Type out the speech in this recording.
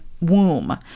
womb